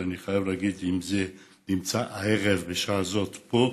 ואני חייב להגיד שאם זה נמצא הערב בשעה הזאת פה,